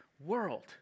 world